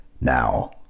Now